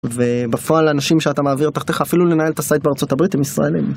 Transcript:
ובפעל לאנשים שאתה מעביר תחתיך אפילו לנהל את הסייט בארה״ב עם ישראלים.